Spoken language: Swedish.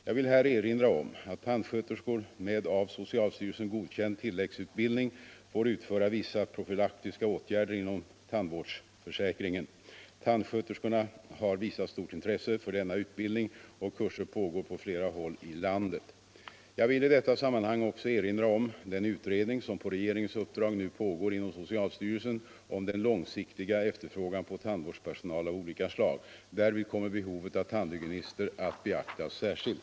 Jag vill här erinra om att tandsköterskor med av socialstyrelsen godkänd tilläggsutbildning får utföra vissa profylaktiska åtgärder inom tandvårdsförsäkringen. Tandsköterskorna har visat stort intresse för denna utbildning, och kurser pågår på flera håll i landet. Jag vill i detta sammanhang också erinra om den utredning som på regeringens uppdrag nu pågår inom socialstyrelsen om den långsiktiga efterfrågan på tandvårdspersonal av olika slag. Därvid kommer behovet av tandhygienister att beaktas särskilt.